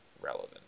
relevant